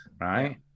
right